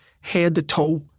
head-to-toe